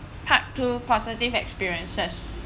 part two positive experiences